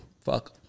Fuck